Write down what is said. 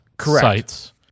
sites